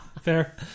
Fair